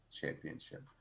championship